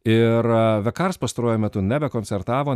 ir the cars pastaruoju metu nebekoncertavo